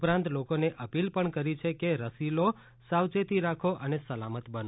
ઉપરાંત લોકોને અપીલ પણ કરી છે કે રસી લો સાવચેતી રાખો અને સલામત બનો